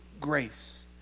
grace